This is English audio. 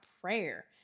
prayer